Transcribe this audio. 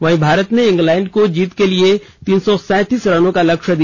वहीं भारत ने इंग्लैंड को जीत के लिए तीन सौ सैंतीस रनों का लक्ष्य दिया